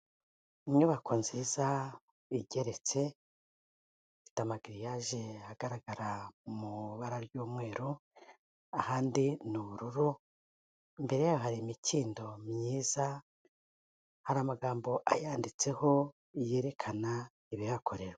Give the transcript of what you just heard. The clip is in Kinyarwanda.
Inyubako nziza igeretsetamageri yaje ahagaragara mu ibara ry'umweru ahandi ni ubururu mbere hari imikindo myiza hari amagambo ayanditseho yerekana ibiyakorerwa